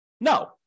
No